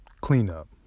cleanup